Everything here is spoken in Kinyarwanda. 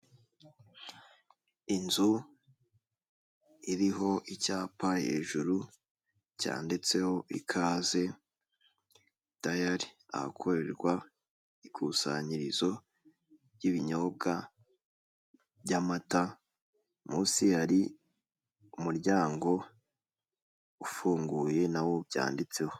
Inzu iriho icyapa hejuru cyanditseho ikaze dayari, ahakorerwa ikusanyirizo ry'ibinyobwa by'amata, munsi hari umuryango ufunguye, na wo byanditseho.